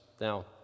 Now